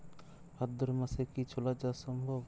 ভাদ্র মাসে কি ছোলা চাষ সম্ভব?